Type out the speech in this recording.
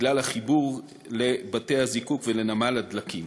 בגלל החיבור לבתי-הזיקוק ולנמל הדלקים.